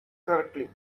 correctly